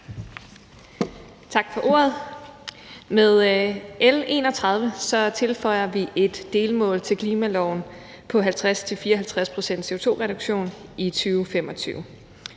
Tak for ordet. Med L 31 tilføjer vi et delmål til klimaloven på 50-54 pct. CO2-reduktion i 2025.